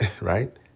right